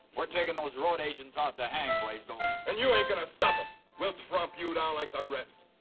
we're taking those road agents out to hang, blaisdell. and you ain't gonna stop us. we'll tromp you down like the rest.